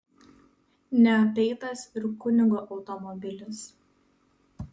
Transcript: neapeitas ir kunigo automobilis